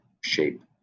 shape